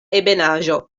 ebenaĵo